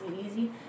easy